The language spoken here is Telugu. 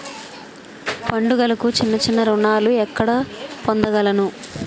పండుగలకు చిన్న చిన్న రుణాలు ఎక్కడ పొందగలను?